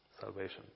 salvation